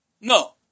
No